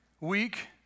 week